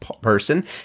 person